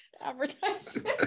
advertisement